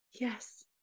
Yes